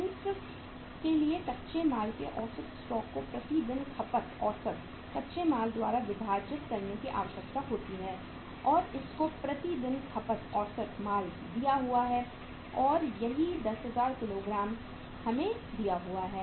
सूत्र के लिए कच्चे माल के औसत स्टॉक को प्रति दिन खपत औसत कच्चे माल द्वारा विभाजित करने की आवश्यकता होती है और आपको प्रति दिन खपत औसत कच्चा माल दिया हुआ है और यही 10000 किलोग्राम हमें दिया हुआ है